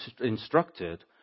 instructed